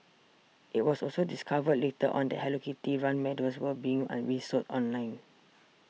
it was also discovered later on that Hello Kitty run medals were being resold online